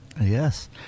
Yes